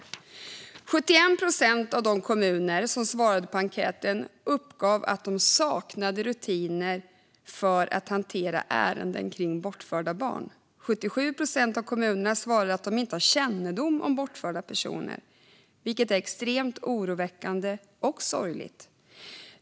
71 procent av de kommuner som svarade på enkäten uppgav att de saknade rutiner för att hantera ärenden kring bortförda barn. 77 procent av kommunerna svarade att de inte hade kännedom om bortförda personer, vilket är extremt oroväckande och sorgligt.